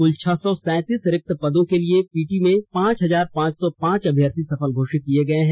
कृल छह सौ सैंतीस रिक्त पदों के लिए पीटी में पांच हजार पांच सौ पांच अभ्यर्थी सफल घोषित किए गए हैं